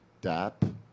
DAP